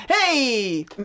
Hey